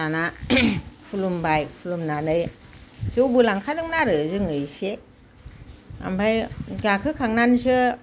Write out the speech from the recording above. दाना खुलुमबाय खुलुमनानै जौबो लांखादों आरो जोङो एसे ओमफ्राय गाखोखांनानैसो